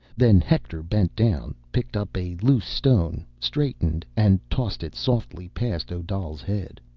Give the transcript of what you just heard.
then hector bent down, picked up a loose stone, straightened, and tossed it softly past odal's head.